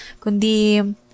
kundi